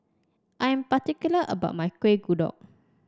I am particular about my Kueh Kodok